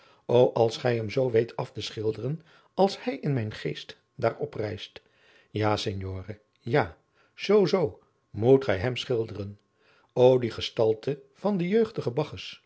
als gij hem zoo weet af te schilderen als hij in mijn geest daar oprijst ja signore ja zoo zoo moet gij hem schilderen o die gestalte van den jeugdigen